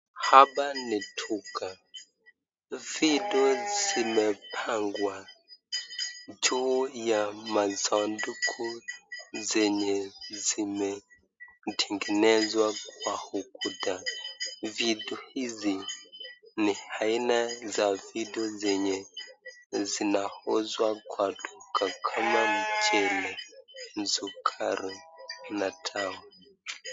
Hapa ni duka vitu zimepangwa juu ya masanduku zenye zimetengezwa kwa ukuta vitu hizi ni aina za vitu zenye zinauzwa kwa duka kama mchele, sukari na dawa.